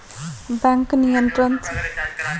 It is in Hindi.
बैंक नियंत्रण से कई बैंक खुश नही हैं